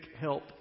help